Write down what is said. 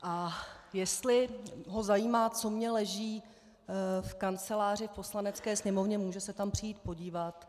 A jestli ho zajímá, co mně leží v kanceláři v Poslanecké sněmovně, může se tam přijít podívat.